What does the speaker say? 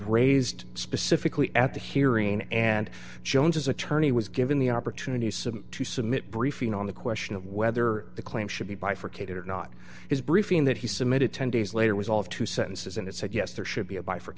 raised specifically at the hearing and jones as attorney was given the opportunity to submit briefing on the question of whether the claim should be bifurcated or not his briefing that he submitted ten days later was all of two sentences and it said yes there should be a b